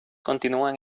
continúan